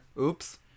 Oops